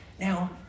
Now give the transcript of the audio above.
Now